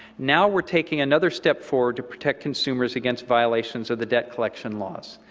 now we are taking another step forward to protect consumers against violations of the debt collection laws.